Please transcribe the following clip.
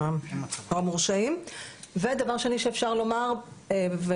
או המורשעים ודבר שני שאפשר לומר וכאמור,